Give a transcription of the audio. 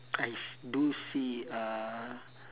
I s~ do see uh